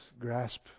grasp